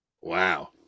Wow